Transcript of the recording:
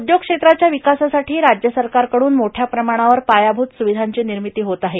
उद्योग क्षेत्राच्या विकासासाठी राज्य सरकारकडून मोठ्या प्रमाणावर पायाभूत सुविधांची निर्मिती होत आहे